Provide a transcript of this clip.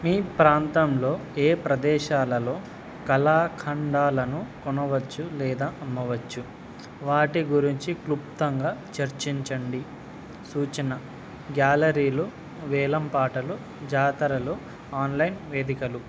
మీ ప్రాంతంలో ఏ ప్రదేశాలలో కళాఖండాలను కొనవచ్చు లేదా అమ్మవచ్చు వాటి గురించి క్లుప్తంగా చర్చించండి సూచన గ్యాలరీలు వేలం పాటలు జాతరలు ఆన్లైన్ వేదికలు